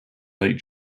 late